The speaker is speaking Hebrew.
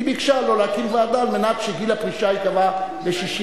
היא ביקשה לא להקים ועדה על מנת שגיל הפרישה ייקבע ל-64.